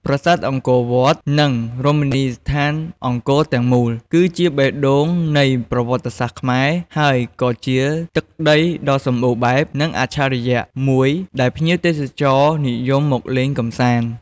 ប្រាសាទអង្គរវត្ត និងរមណីយដ្ឋានអង្គរទាំងមូល គឺជាបេះដូងនៃប្រវត្តិសាស្រ្តខ្មែរ ហើយក៏ជាទឹកដីដ៏សម្បូរបែប និងអច្ឆរិយៈមួយដែលភ្ញៀវទេសចរនិយមមកលេងកម្សាន្ត។